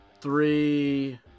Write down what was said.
three